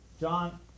John